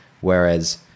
Whereas